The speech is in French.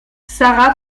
sara